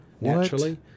naturally